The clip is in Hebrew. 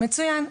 מצוין.